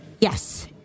yes